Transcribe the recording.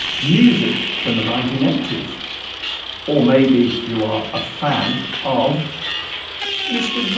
music from the nineteen eighty s or maybe you are a fan of mr.